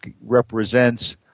represents